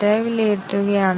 ഫലങ്ങളിലേക്കൊ map ചെയ്യുന്നു